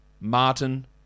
Martin